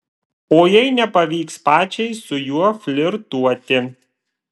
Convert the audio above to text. o jei nepavyks pačiai su juo flirtuoti